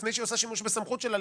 לפני שהיא עושה שימוש בסמכות שלה,